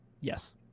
Yes